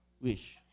wish